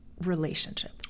relationship